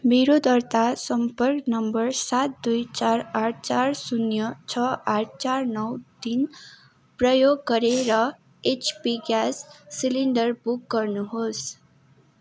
मेरो दर्ता सम्पर्क नम्बर सात दुई चार आठ चार शून्य छ आठ चार नौ तिन प्रयोग गरेर एचपी ग्यास सिलिन्डर बुक गर्नुहोस्